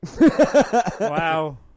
Wow